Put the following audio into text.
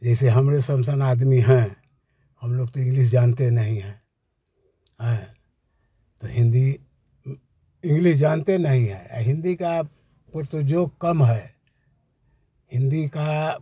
जैसे हम आदमी है हम लोग तो इंग्लिश जानते नहीं हैं हैं तो हिंदी इंग्लिश जानते नहीं है हिंदी का जो कम है हिंदी का